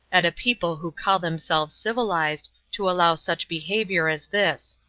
at a people who call themselves civilized, to allow such behavior as this.